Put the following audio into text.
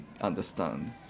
understand